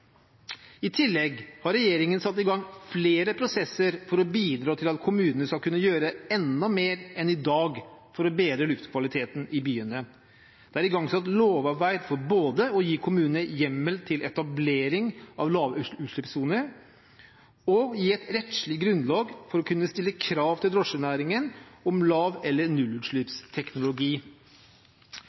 I tillegg har regjeringen satt i gang flere prosesser for å bidra til at kommunene skal kunne gjøre enda mer enn i dag for å bedre luftkvaliteten i byene. Det er igangsatt lovarbeid for både å gi kommunene hjemmel til etablering av lavutslippssoner og å gi et rettslig grunnlag for å kunne stille krav til drosjenæringen om lav- eller nullutslippsteknologi.